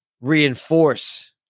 reinforce